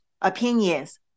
opinions